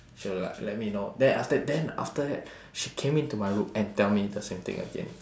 she will like let me know then after then after that she came into my room and tell me the same thing again